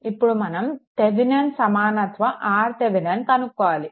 ఇప్పుడు మనం థెవెనిన్ సమానత్వ RThevenin కనుక్కోవాలి